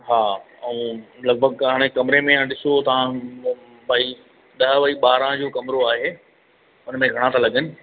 हा हा लॻभॻि हाणे कमरे त ॾिसो था भाई ॾह बाई ॿारहं जो कमरो आहे उनमें घणा था लॻनि